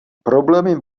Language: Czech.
problémy